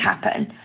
happen